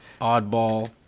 Oddball